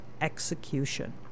execution